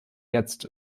jetzt